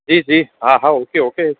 जी जी हा हा ओके ओके